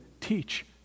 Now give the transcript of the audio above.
teach